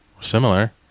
similar